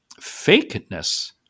fakeness